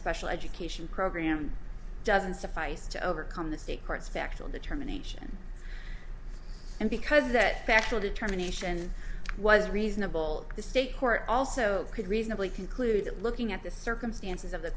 special education program doesn't suffice to overcome the state courts factual determination and because of that factual determination was reasonable the state court also could reasonably conclude that looking at the circumstances of the